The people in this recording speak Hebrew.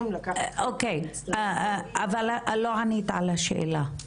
לקחת חלק- -- אבל לא ענית על השאלה.